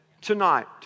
tonight